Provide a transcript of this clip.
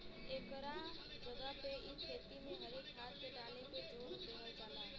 एकरा जगह पे इ खेती में हरी खाद के डाले पे जोर देहल जाला